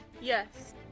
Yes